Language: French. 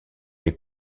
les